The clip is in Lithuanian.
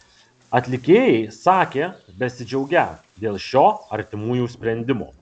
atlikėjai sakė besidžiaugią dėl šio artimųjų sprendimo